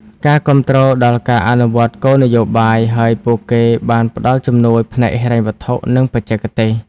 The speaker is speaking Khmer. ការគាំទ្រដល់ការអនុវត្តគោលនយោបាយ ហើយពួកគេបានផ្តល់ជំនួយផ្នែកហិរញ្ញវត្ថុ និងបច្ចេកទេស។